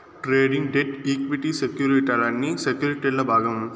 trading, debt, equity సెక్యుర్టీలన్నీ సెక్యుర్టీల్ల భాగం